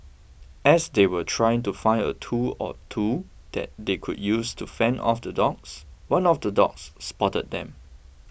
as they were trying to find a tool or two that they could use to fend off the dogs one of the dogs spotted them